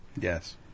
Yes